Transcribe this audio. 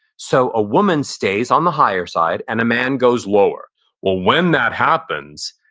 so a woman stays on the higher side and a man goes lower well, when that happens,